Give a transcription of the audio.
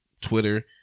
Twitter